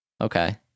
Okay